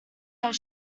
that